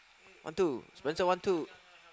one two Spencer one two